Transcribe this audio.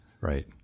right